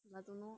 I don't know